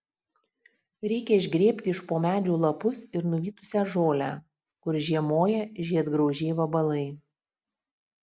reikia išgrėbti iš po medžių lapus ir nuvytusią žolę kur žiemoja žiedgraužiai vabalai